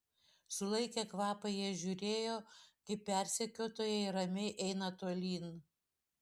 sulaikę kvapą jie žiūrėjo kaip persekiotojai ramiai eina tolyn